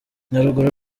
nyaruguru